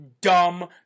dumb